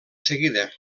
seguida